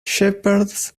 shepherds